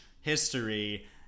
history